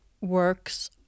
works